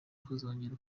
kuzongera